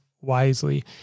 wisely